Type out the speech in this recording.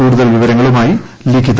കൂടുതൽ വിവരങ്ങളുമായി ലിഖിത